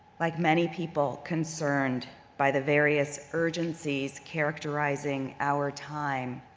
like many people concerned by the various urgencies characterizing our time,